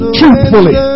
truthfully